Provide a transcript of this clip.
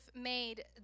made